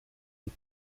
und